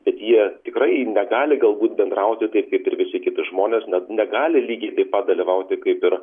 bet jie tikrai negali galbūt bendrauti taip kaip ir visi kiti žmonės net negali lygiai taip pat dalyvauti kaip ir